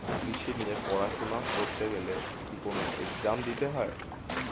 কৃষি নিয়ে পড়াশোনা করতে গেলে কি কোন এগজাম দিতে হয়?